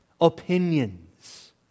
Opinions